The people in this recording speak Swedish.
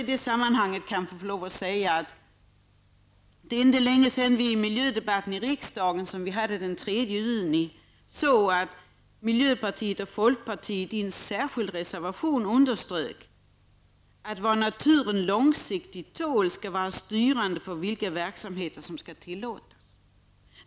I detta sammanhang vill jag också passa på att säga att det inte är länge sedan -- vi hade ju en miljödebatt här i riksdagen den 3 juni -- miljöpartiet och folkpartiet i en särskild reservation underströk att vad naturen långsiktigt tål skall vara styrande för vilka verksamheter som skall tillåtas.